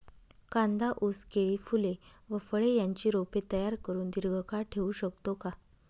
कांदा, ऊस, केळी, फूले व फळे यांची रोपे तयार करुन दिर्घकाळ ठेवू शकतो का?